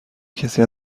کسی